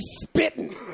spitting